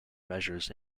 measures